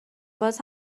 باز